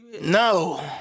No